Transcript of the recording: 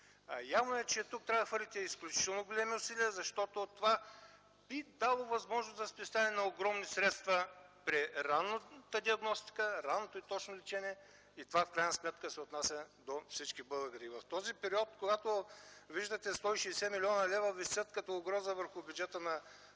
Явно е, че тук трябва да хвърлите изключително големи усилия, защото това би дало възможност за спестяване на огромни средства при ранната диагностика, ранното и точно лечение. Това се отнася в крайна сметка и за всички българи. В този период, в който виждате, че 160 млн. лв. висят като угроза върху бюджета на